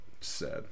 sad